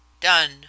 done